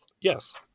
yes